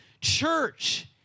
church